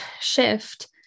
shift